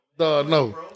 no